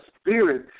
spirit